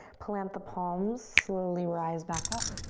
plant the palms, slowly rise back up.